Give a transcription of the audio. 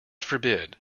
forbid